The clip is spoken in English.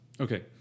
Okay